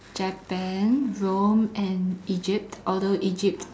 Japan Rome and Egypt although Egypt